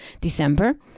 December